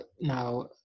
now